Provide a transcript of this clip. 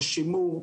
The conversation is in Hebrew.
לשימור,